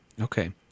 Okay